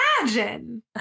imagine